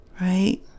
right